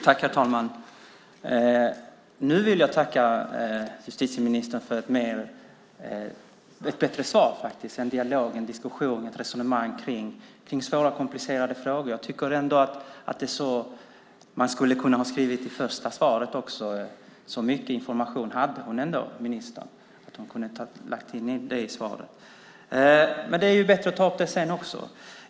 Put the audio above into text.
Herr talman! Nu vill jag tacka justitieministern för ett bättre svar och för en dialog, en diskussion och ett resonemang kring svåra och komplicerade frågor. Jag tycker ändå att det är så man skulle kunna ha skrivit i första svaret också. Så mycket information hade ministern ändå att hon kunde ha lagt in det i svaret. Men det är ju bättre att ta upp det sedan också.